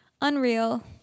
Unreal